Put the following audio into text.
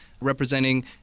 representing